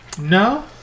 No